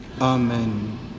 Amen